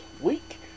week